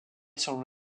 selon